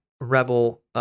rebel